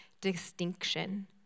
distinction